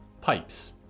pipes